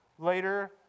Later